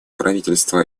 правительство